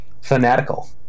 Fanatical